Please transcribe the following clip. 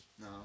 No